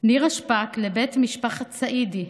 נירה שפק לבית משפחת צעידי,